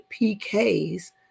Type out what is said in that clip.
PKs